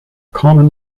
common